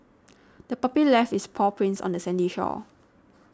the puppy left its paw prints on the sandy shore